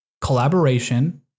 Collaboration